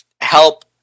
help